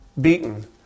beaten